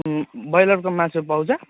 ब्रोइलरको मासु पाउँछ